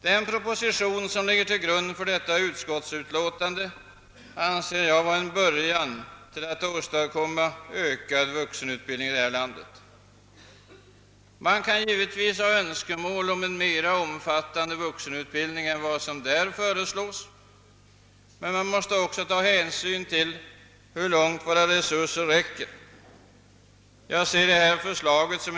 Den proposition som ligger till grund för detta utskottsutlåtande anser jag vara en början till åstadkommande av ökad vuxenutbildning här i landet. Man kan givetvis, ha önskemål om en mera omfattande vuxenutbildning än vad som föreslås i propositionen, men man måste också ta hänsyn till hur långt våra resurser räcker. Jag ser alltså förslaget som.